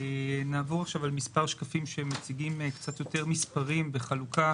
נעבור עכשיו על מספר שקפים שמציגים קצת יותר מספרים וחלוקה